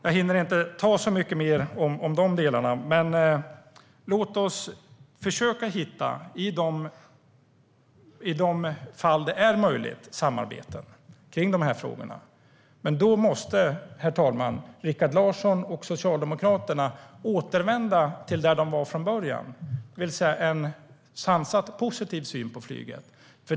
Jag hinner inte ta upp så mycket mer om de delarna, men låt oss försöka hitta i de fall det är möjligt samarbeten i frågorna. Då måste, herr talman, Rikard Larsson och Socialdemokraterna återvända till där de var från början, det vill säga en sansat positiv syn på flyget.